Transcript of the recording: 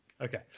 Okay